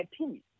opinion